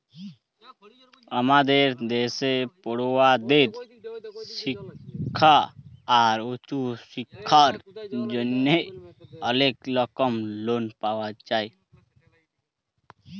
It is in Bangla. আমাদের দ্যাশে পড়ুয়াদের শিক্খা আর উঁচু শিক্খার জ্যনহে অলেক রকম লন পাওয়া যায়